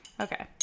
Okay